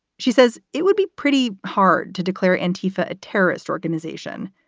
she says it would be pretty hard to declare an tifa a terrorist organization.